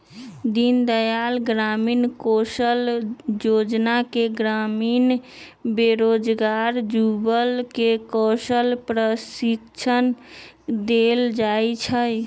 दीनदयाल ग्रामीण कौशल जोजना में ग्रामीण बेरोजगार जुबक के कौशल प्रशिक्षण देल जाइ छइ